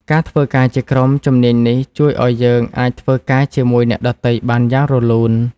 ការធ្វើការជាក្រុមជំនាញនេះជួយឲ្យយើងអាចធ្វើការជាមួយអ្នកដទៃបានយ៉ាងរលូន។